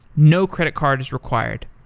no credit cards required.